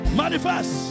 manifest